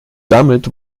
damit